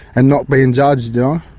and not being judged. um